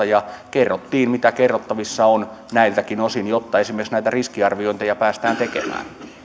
ja kerroimme mitä kerrottavissa on näiltäkin osin jotta esimerkiksi näitä riskiarviointeja päästään tekemään arvoisa